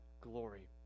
glory